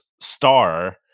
star